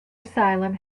asylum